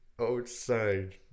outside